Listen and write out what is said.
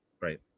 Right